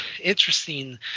interesting